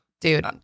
Dude